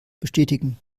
bestätigen